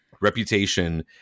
Reputation